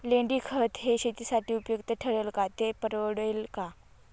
लेंडीखत हे शेतीसाठी उपयुक्त ठरेल का, ते परवडेल का?